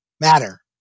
matter